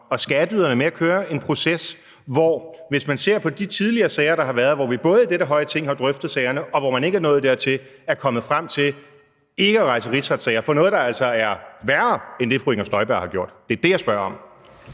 og skatteyderne med at køre en proces, hvis man ser på de tidligere sager, der har været, hvor vi i dette høje Ting har drøftet sagerne, og hvor man er kommet frem til ikke at rejse rigsretssager for noget, der altså er værre end det, fru Inger Støjberg har gjort. Det er det, jeg spørger om.